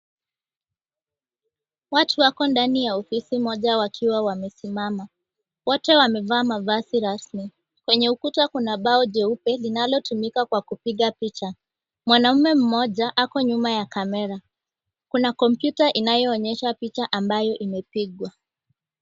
Watu wako ndani ya ofisi moja wakiwa wamesimama. Wote wamevaa mavazi rasmi, kwenye ukuta kuna bao jeupe linalotumika kwa kupiga picha, mwanaume mmoja ako nyuma ya kamera. Kuna kompyuta inayoonyesha picha ambayo imepigwa.